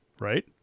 right